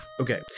Okay